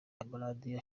amaradiyo